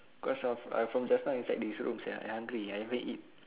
cause of I from just now inside this room sia I hungry I haven't eat